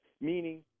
meaning